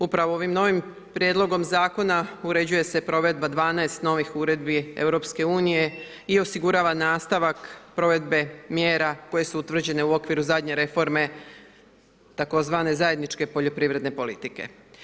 Upravo ovim novim prijedlogom zakona uređuje se provedba 12 novih uredbi EU-a i osigurava nastavak provedbe mjera koje su utvrđene u okviru zadnje reforme tzv. zajedničke poljoprivredne politike.